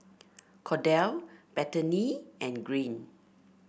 Kordell Bethany and Green